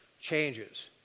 changes